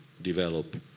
develop